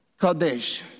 Kodesh